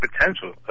potential